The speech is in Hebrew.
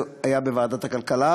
זה היה בוועדת הכלכלה.